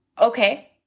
Okay